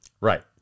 right